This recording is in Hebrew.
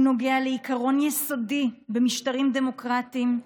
הוא נוגע לעיקרון יסודי במשטרים דמוקרטיים: